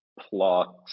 plot